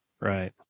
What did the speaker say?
Right